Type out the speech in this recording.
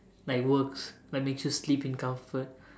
like works like makes you sleep in comfort